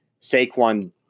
Saquon